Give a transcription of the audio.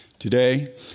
Today